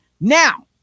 Now